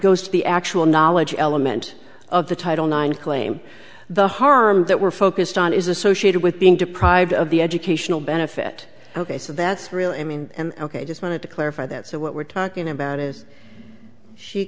goes to the actual knowledge element of the title nine claim the harm that we're focused on is associated with being deprived of the educational benefit ok so that's really i mean ok just wanted to clarify that so what we're talking about is she